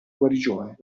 guarigione